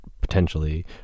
potentially